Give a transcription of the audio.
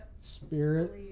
spirit